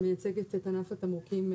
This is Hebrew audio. אני מייצגת את ענף התמרוקים,